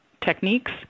techniques